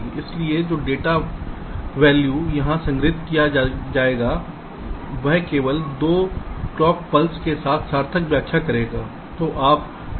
इसलिए जो डेटा मूल्य यहां संग्रहीत किया जाएगा वह केवल 2 क्लॉक पल्स के बाद सार्थक व्याख्या करेगा